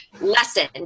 lesson